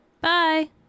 bye